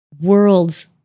worlds